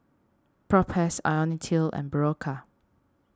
Propass Ionil till and Berocca